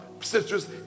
sisters